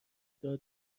داد